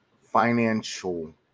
financial